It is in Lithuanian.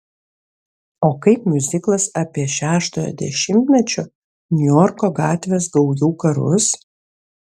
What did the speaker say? o kaip miuziklas apie šeštojo dešimtmečio niujorko gatvės gaujų karus